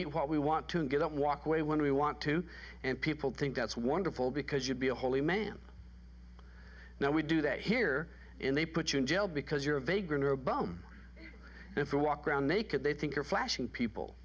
eat what we want to get out walk away when we want to and people think that's wonderful because you'd be a holy man now we do that here in they put you in jail because you're a vagrant or a bum if you walk around naked they think you're flashing people